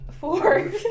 four